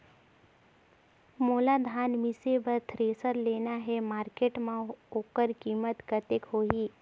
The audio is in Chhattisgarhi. मोला धान मिसे बर थ्रेसर लेना हे मार्केट मां होकर कीमत कतेक होही?